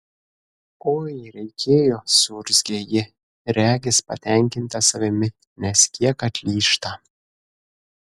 oi reikėjo suurzgia ji regis patenkinta savimi nes kiek atlyžta